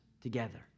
together